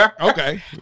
okay